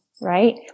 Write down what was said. Right